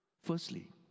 Firstly